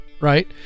right